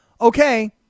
okay